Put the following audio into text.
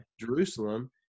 Jerusalem